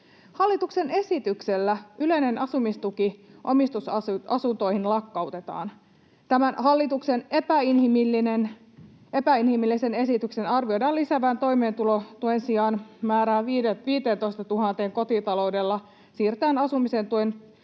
Hallituksen esityksellä yleinen asumistuki omistusasuntoihin lakkautetaan. Tämän hallituksen epäinhimillisen esityksen arvioidaan lisäävän toimeentulotuen saajien määrää 15 000 kotitaloudella siirtäen asumisen tuen